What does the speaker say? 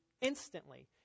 instantly